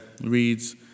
reads